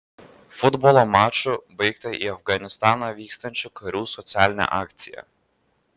futbolo maču baigta į afganistaną vyksiančių karių socialinė akcija